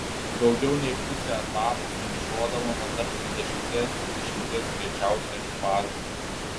daugiau nei pusę etapų finišuodavome tarp dvidešimties trisdešimties greičiausių ekipažų